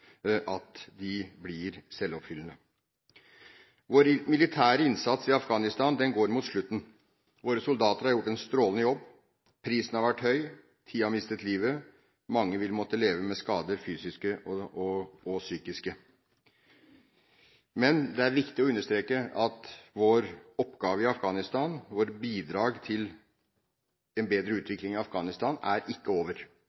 at de blir selvoppfyllende. Vår militære innsats i Afghanistan går mot slutten. Våre soldater har gjort en strålende jobb. Prisen har vært høy, ti har mistet livet, og mange vil måtte leve med fysiske og psykiske skader. Men det er viktig å understreke at vår oppgave i Afghanistan, våre bidrag til en bedre utvikling i Afghanistan, ikke er over.